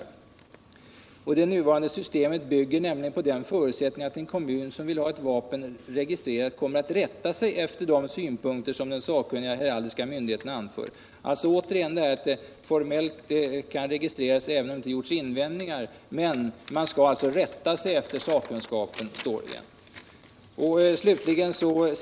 Det nuvarande systemet 139 140 bygger nämligen på den förutsättningen att en kommun som vill ha ett vapen registrerat kommer att rätta sig efter de synpunkter som den sakkunniga heraldiska myndigheten anför.” Här återkommer påpekandet att vapen formellt kan registreras även om heraldiska nämnden gjort invändningar men att man skall rätta sig efter sakkunskapen.